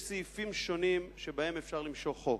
יש סעיפים שונים שלפיהם אפשר למשוך חוק.